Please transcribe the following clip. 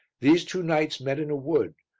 these two knights met in a wood,